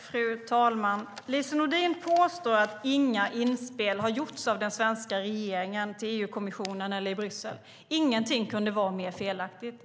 Fru talman! Lise Nordin påstår att inga inspel har gjorts av den svenska regeringen till EU-kommissionen eller i Bryssel. Ingenting kunde vara mer felaktigt.